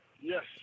Yes